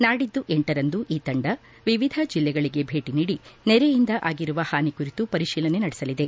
ನಾಡಿದ್ದು ಲರಂದು ಈ ತಂದ ವಿವಿಧ ಜಿಲ್ಲೆಗಳಿಗೆ ಭೇಟಿ ನೀಡಿ ನೆರೆಯಿಂದ ಆಗಿರುವ ಹಾನಿ ಕುರಿತು ಪರಿಶೀಲನೆ ನಡೆಸಲಿದೆ